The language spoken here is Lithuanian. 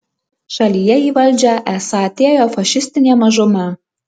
šalyje į valdžią esą atėjo fašistinė mažuma